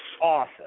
awesome